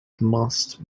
must